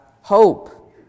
hope